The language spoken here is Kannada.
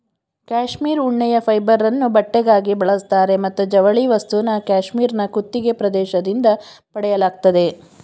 ಕ್ಯಾಶ್ಮೀರ್ ಉಣ್ಣೆಯ ಫೈಬರನ್ನು ಬಟ್ಟೆಗಾಗಿ ಬಳಸ್ತಾರೆ ಮತ್ತು ಜವಳಿ ವಸ್ತುನ ಕ್ಯಾಶ್ಮೀರ್ನ ಕುತ್ತಿಗೆ ಪ್ರದೇಶದಿಂದ ಪಡೆಯಲಾಗ್ತದೆ